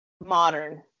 modern